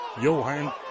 Johan